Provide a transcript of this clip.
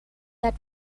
that